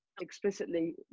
explicitly